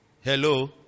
Hello